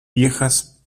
viejas